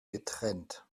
getrennt